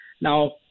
Now